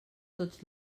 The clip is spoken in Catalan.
tots